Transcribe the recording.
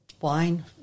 Wine